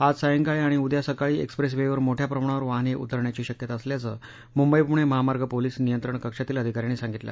आज सायंकाळी आणि उद्या सकाळी एक्स्प्रेस वेवर मोठ्या प्रमाणावर वाहने उतरण्याची शक्यता असल्याचे मुंबई पुणे महामार्ग पोलिस नियंत्रण कक्षातील अधिकाऱ्यांनी सांगितले